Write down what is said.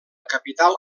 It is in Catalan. capital